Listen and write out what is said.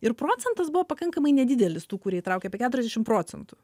ir procentas buvo pakankamai nedidelis tų kurie įtraukia apie keturiasdešimt procentų